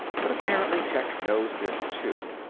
but apparently tech knows this, too.